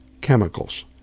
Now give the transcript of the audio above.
chemicals